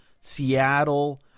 Seattle